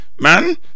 Man